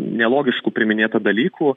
nelogiškų priminėta dalykų